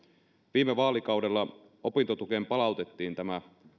viime vaalikaudella opintotukeen palautettiin tämä